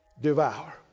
devour